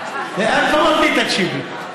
תקשיבי,